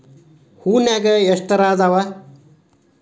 ಹೂನ್ಯಾಗ ಎಷ್ಟ ತರಾ ಅದಾವ್?